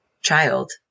child